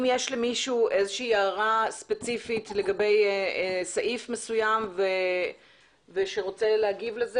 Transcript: אם למישהו יש הערה ספציפית לגבי תקנה מסוימת ורוצה להגיב עליה,